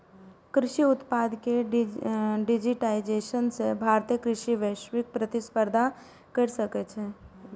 कृषि उत्पाद के डिजिटाइजेशन सं भारतीय कृषि वैश्विक प्रतिस्पर्धा कैर सकै छै